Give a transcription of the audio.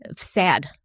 Sad